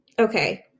Okay